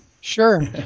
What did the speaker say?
sure